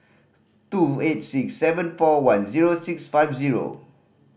two eight six seven four one zero six five zero